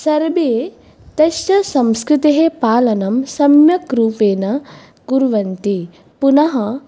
सर्वे तस्य संस्कृतेः पालनं सम्यक्रूपेण कुर्वन्ति पुनः